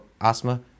asthma